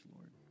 Lord